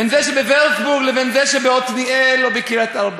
בין זה שבווירצבורג לבין זה שבעתניאל או בקריית-ארבע.